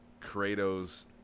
Kratos